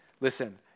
Listen